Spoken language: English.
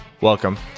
Welcome